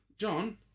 John